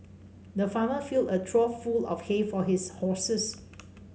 the farmer filled a trough full of hay for his horses